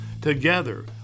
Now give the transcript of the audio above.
Together